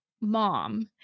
Mom